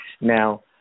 Now